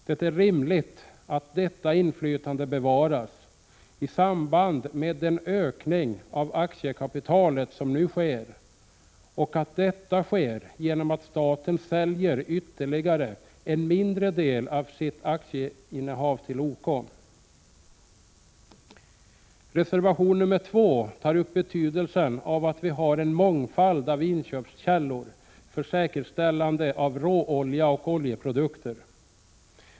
Det är rimligt att detta inflytande bevaras i samband med den ökning av aktiekapitalet som nu sker och att det kooperativa inflytandet bevaras genom att staten säljer ytterligare en mindre del av sitt aktieinnehav till OK. I reservation nr 2 tar man upp betydelsen av att vi har en mångfald av inköpskällor för säkerställande av tillgången till råolja och oljeprodukter.